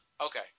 okay